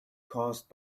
caused